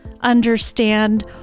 understand